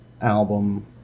album